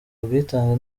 ubwitange